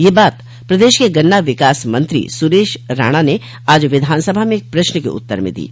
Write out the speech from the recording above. यह बात प्रदेश के गन्ना विकास मंत्रो सुरेश राणा ने आज विधानसभा में एक प्रश्न के उत्तर में दी